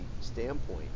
standpoint